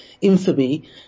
infamy